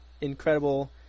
incredible